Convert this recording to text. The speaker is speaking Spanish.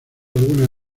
alguna